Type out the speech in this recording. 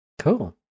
Cool